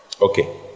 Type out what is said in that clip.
Okay